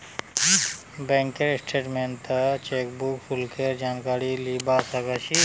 बैंकेर स्टेटमेन्टत चेकबुक शुल्केर जानकारी लीबा सक छी